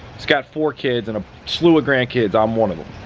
he's got four kids and a slew of grandkids, i'm one of them.